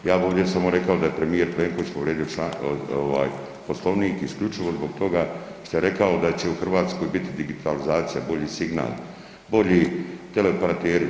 Ja bi ovdje samo rekao da je premijer Plenković povrijedio ovaj Poslovnik isključivo zbog toga šta je rekao da će u Hrvatskoj biti digitalizacija, bolji signal i bolji teleoperateri.